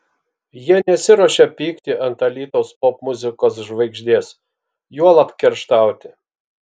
jie nesiruošia pykti ant alytaus popmuzikos žvaigždės juolab kerštauti